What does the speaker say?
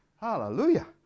Hallelujah